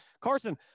Carson